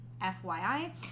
fyi